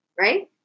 right